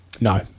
No